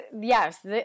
yes